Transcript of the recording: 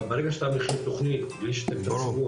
אבל ברגע שאתה מכין תוכנית בלי לשתף את הציבור,